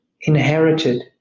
inherited